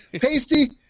Pasty